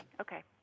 Okay